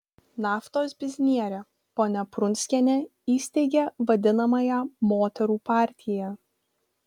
naftos biznierė ponia prunskienė įsteigė vadinamąją moterų partiją